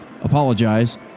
apologize